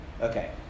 Okay